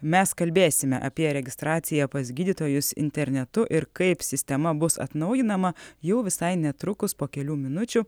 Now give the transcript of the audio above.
mes kalbėsime apie registraciją pas gydytojus internetu ir kaip sistema bus atnaujinama jau visai netrukus po kelių minučių